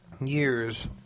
years